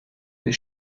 des